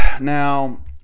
Now